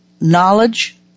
knowledge